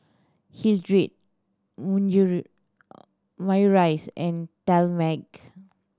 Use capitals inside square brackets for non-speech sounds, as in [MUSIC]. Hildred [UNINTELLIGIBLE] Maurice and Talmage